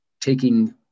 taking